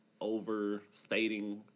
overstating